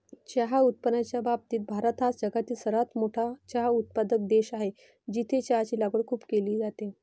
चहा उत्पादनाच्या बाबतीत भारत हा जगातील सर्वात मोठा चहा उत्पादक देश आहे, जिथे चहाची लागवड खूप केली जाते